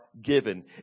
given